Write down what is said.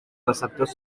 receptors